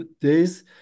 days